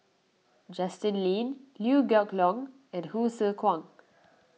Justin Lean Liew Geok Leong and Hsu Tse Kwang